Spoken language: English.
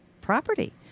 property